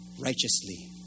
righteously